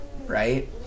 right